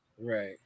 Right